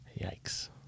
Yikes